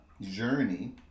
journey